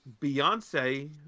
Beyonce